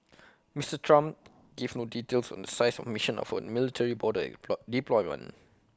Mister Trump gave no details on the size or mission of A military border deployment